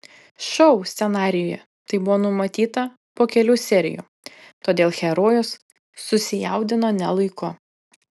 šou scenarijuje tai buvo numatyta po kelių serijų todėl herojus susijaudino ne laiku